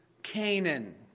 Canaan